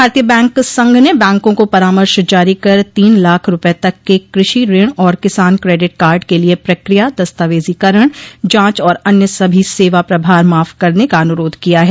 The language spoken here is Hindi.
भारतीय बैंक संघ ने बैंकों को परामर्श जारी कर तीन लाख रूपये तक के कृषि ऋण और किसान क्रेडिट कार्ड के लिए प्रक्रिया दस्तावेजोकरण जांच और अन्य सभी सेवा प्रभार माफ करने का अनुरोध किया है